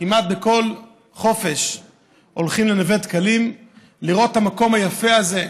כמעט בכל חופש הולכים לנווה דקלים לראות את המקום היפה הזה,